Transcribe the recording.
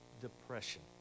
depression